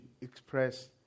express